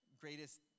greatest